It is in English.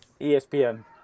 ESPN